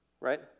right